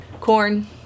corn